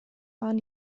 waren